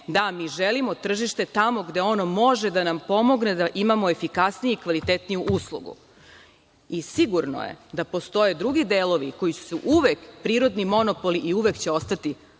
da, mi želimo tržište tamo gde ono može da nam pomogne da imamo efikasniju i kvalitetniju uslugu. Sigurno je da postoje drugi delovi koji su uvek prirodni monopoli i uvek će ostati